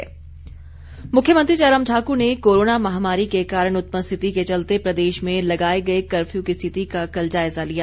home delivery मुख्यमंत्री जयराम ठाकुर ने corona महामारी के कारण उत्पन्न स्थिति के चलते प्रदेश में लगाए गए कफ्यू की रिथति का कल जायजा लिया